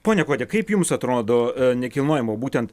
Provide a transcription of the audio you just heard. pone kuodi kaip jums atrodo nekilnojamo būtent